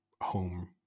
home